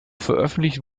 veröffentlicht